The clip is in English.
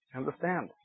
understand